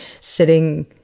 sitting